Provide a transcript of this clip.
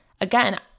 again